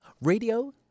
radio